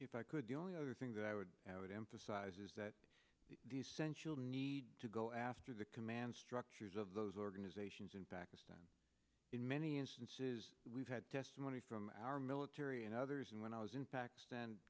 if i could the only other thing that i would have it emphasizes that the essential need to go after the command structures of those organizations in pakistan in many instances we've had testimony from our military and others and when i was in pakistan